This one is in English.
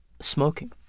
smoking